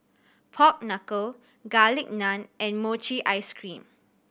pork knuckle Garlic Naan and mochi ice cream